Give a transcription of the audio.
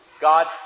God